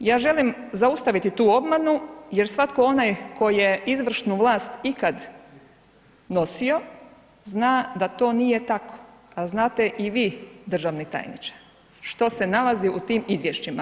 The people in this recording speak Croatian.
Ja želim zaustaviti tu obmanu jer svatko onaj tko je izvršnu vlast ikad nosio, zna da to nije tako, a znate i vi, državni tajniče što se nalazi u tim izvješćima.